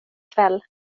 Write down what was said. kväll